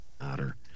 matter